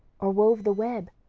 or wove the web,